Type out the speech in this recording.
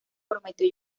prometió